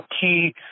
key